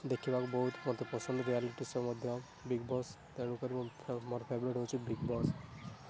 ଦେଖିବାକୁ ବହୁତ ମୋତେ ପସନ୍ଦ ରିୟାଲିଟି ଶୋ ମଧ୍ୟ ବିଗ୍ବସ୍ ତେଣୁକରି ମୋ ମୋର ଫେବରାଇଟ୍ ହେଉଛି ବିଗ୍ବସ୍